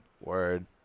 Word